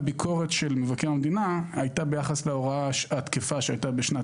הביקורת של מבקר המדינה הייתה ביחס להוראה התקפה שהייתה בשנת